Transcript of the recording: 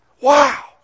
Wow